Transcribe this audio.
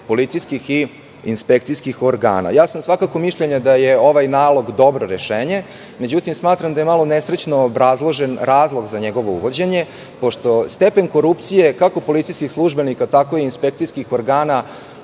policijskih i inspekcijskih organa. Svakako sam mišljenja da je ovaj nalog dobro rešenje. Međutim, smatram da je malo nesrećno obrazložen razlog za njegovo uvođenje, pošto stepen korupcije kako policijskih službenika, tako i inspekcijskih organa,